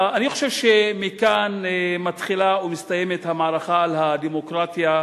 אני חושב שכאן מתחילה או מסתיימת המערכה על הדמוקרטיה,